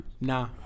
Nah